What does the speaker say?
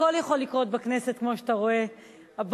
הכול יכול לקרות בכנסת כמו שאתה רואה הבוקר,